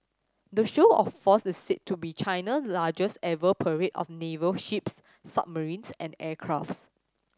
the show of force is said to be China largest ever parade of naval ships submarines and aircrafts